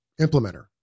implementer